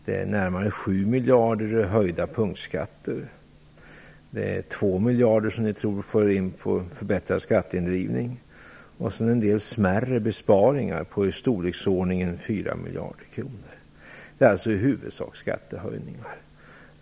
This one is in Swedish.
Det är närmare 7 miljarder i höjda punktskatter. Det är 2 miljarder, som ni tror er få in genom förbättrad skatteindrivning, och sedan en del smärre besparingar på i storleksordnignen 4 miljarder kronor. Det är alltså i huvudsak skattehöjningar.